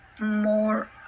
more